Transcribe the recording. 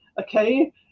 Okay